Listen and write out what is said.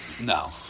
No